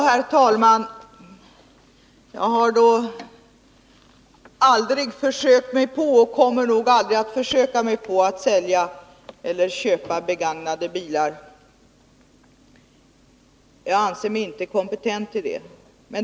Herr talman! Jag har aldrig försökt och kommer nog aldrig att försöka sälja eller köpa begagnade bilar. Jag anser mig inte kompetent till det.